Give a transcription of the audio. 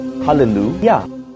Hallelujah